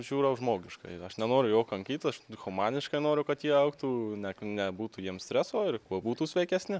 žiūrau žmogiškai aš nenoriu jo kankyt aš humaniškai noriu kad jie augtų na nebūtų jiems streso ir kuo būtų sveikesni